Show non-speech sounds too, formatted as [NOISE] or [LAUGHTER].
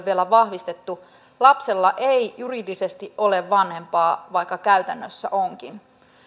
[UNINTELLIGIBLE] vielä vahvistettu lapsella ei juridisesti ole vanhempaa vaikka käytännössä onkin